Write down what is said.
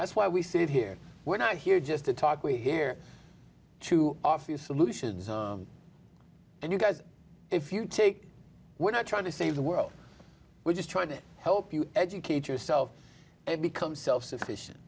that's why we sit here we're not here just to talk we're here to offer you solutions and you guys if you take we're not trying to save the world we're just trying to help you educate yourself and become self sufficient